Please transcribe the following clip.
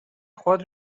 خود